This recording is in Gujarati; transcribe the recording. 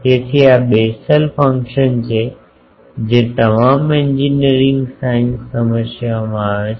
તેથી આ બેસલ ફંક્શન છે જે તમામ એન્જિનિયરિંગ સાયન્સ સમસ્યાઓમાં આવે છે